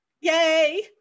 Yay